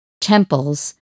temples